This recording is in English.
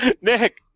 Nick